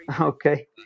Okay